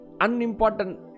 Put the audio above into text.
unimportant